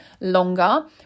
longer